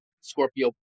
Scorpio